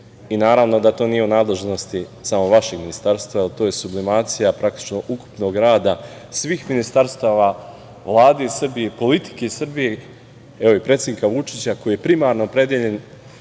I naravno da to nije u nadležnosti samo vašeg ministarstva, to je sublimacija praktično ukupnog rada svih ministarstava Vlade Srbije, politike Srbije, evo i predsednika Vučića, koji je primarno opredeljen